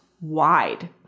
wide